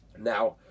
Now